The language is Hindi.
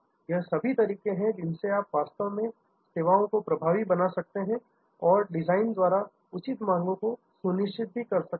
यह सभी तरीके हैं जिनसे आप वास्तव में सेवाओं को प्रभावी बना सकते हैं और डिजाइन द्वारा उचित मांगों को सुनिश्चित भी कर सकते हैं